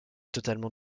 totalement